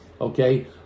okay